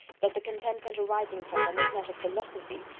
that the contentment arising from them is not of philosophy,